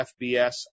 FBS